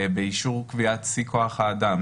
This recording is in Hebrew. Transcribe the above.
באישור קביעת שיא כוח האדם.